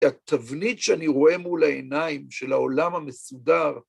והתבנית שאני רואה מול העיניים, של העולם המסודר,